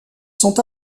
sont